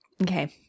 okay